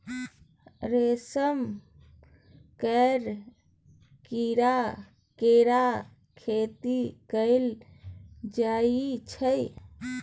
रेशम केर कीड़ा केर खेती कएल जाई छै